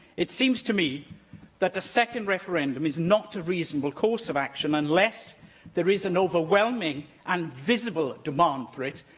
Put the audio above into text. it seems to me that a second referendum is not a reasonable course of action unless there is an overwhelming and visible demand for it,